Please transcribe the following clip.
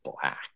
black